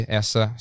essa